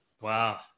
Wow